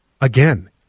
again